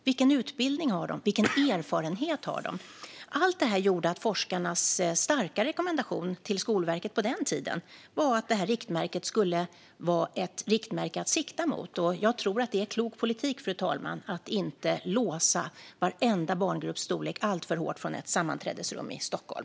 Vilken utbildning har de? Vilken erfarenhet har de? Allt det här gjorde att forskarnas starka rekommendation till Skolverket på den tiden var att detta skulle vara ett riktmärke att sikta mot. Jag tror att det är klok politik, fru talman, att inte låsa varenda barngrupps storlek alltför hårt från ett sammanträdesrum i Stockholm.